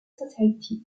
society